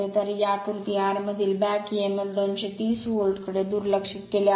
तर या आकृती r मधील बॅक emf 230 व्होल्टकडे दुर्लक्ष केले आहे